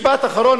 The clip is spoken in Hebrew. משפט אחרון.